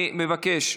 אני מבקש,